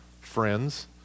friends